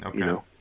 Okay